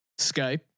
Skype